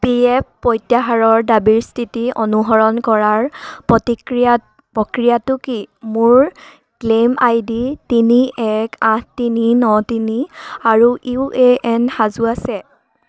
P F প্ৰত্যাহাৰৰ দাবীৰ স্থিতি অনুসৰণ কৰাৰ প্ৰতিক্ৰিয়া প্ৰক্ৰিয়াটো কি মোৰ ক্লেইম আই ডি তিনি এক আঠ তিনি ন তিনি আৰু ইউ এ এন সাজু আছে